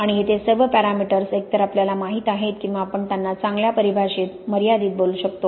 आणि येथे हे सर्व पॅरामीटर्स एकतर आपल्याला माहित आहेत किंवा आपण त्यांना चांगल्या परिभाषित मर्यादेत बदलू शकतो